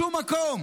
בשום מקום.